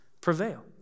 prevail